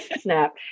Snap